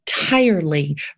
entirely